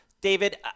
david